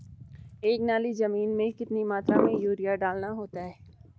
एक नाली जमीन में कितनी मात्रा में यूरिया डालना होता है?